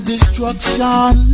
Destruction